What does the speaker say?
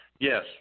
Yes